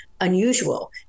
Unusual